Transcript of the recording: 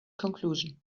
conclusion